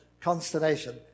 consternation